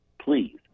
please